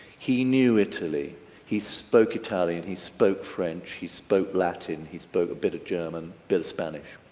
he knew italy he spoke italian, he spoke french, he spoke latin, he spoke a bit of german, bit of spanish,